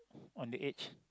on the edge